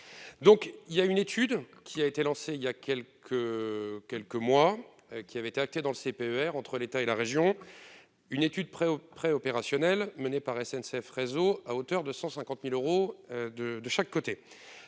donc il y a une étude qui a été lancé il y a quelques quelques mois qui avait été acté dans le CPER entre l'État et la région, une étude prêt auprès opérationnel mené par SNCF réseau à hauteur de 150000 euros de de chaque côté,